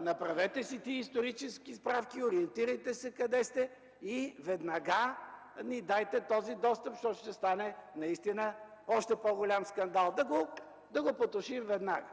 направете си тези исторически справки, ориентирайте се къде сте и веднага ни дайте този достъп, защото ще стане наистина още по-голям скандал! Предлагам да го потушим веднага!